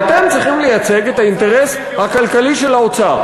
ואתם צריכים לייצג את האינטרס הכלכלי של האוצר.